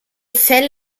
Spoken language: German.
fell